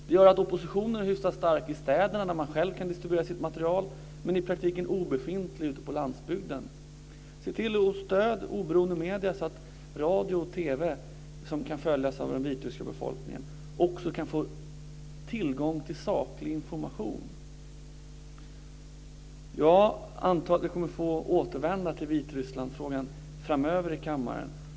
Det gör att oppositionen är hyfsat stark i städerna, där man själv kan distribuera sitt material, men i praktiken obefintlig ute på landsbygden. Se till och stöd oberoende medier, så att radio och TV som kan följas av den vitryska befolkningen också kan få tillgång till saklig information. Jag antar att jag kommer att få återvända till Vitrysslandsfrågan framöver i kammaren.